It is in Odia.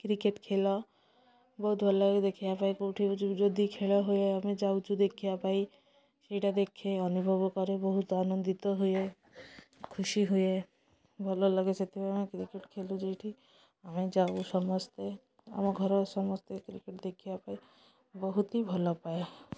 କ୍ରିକେଟ୍ ଖେଳ ବହୁତ ଭଲ ଲାଗେ ଦେଖିବା ପାଇଁ କେଉଁ ଠି ଯଦି ଖେଳ ହୁଏ ଆମେ ଯାଉଛୁ ଦେଖିବା ପାଇଁ ସେଇଟା ଦେଖେ ଅନୁଭବ କରେ ବହୁତ ଆନନ୍ଦିତ ହୁଏ ଖୁସି ହୁଏ ଭଲ ଲାଗେ ସେଥିପାଇଁ ଆମେ କ୍ରିକେଟ୍ ଖେଳୁ ସେଇଠି ଆମେ ଯାଉ ସମସ୍ତେ ଆମ ଘର ସମସ୍ତେ କ୍ରିକେଟ୍ ଦେଖିବା ପାଇଁ ବହୁତ ହିଁ ଭଲ ପାଏ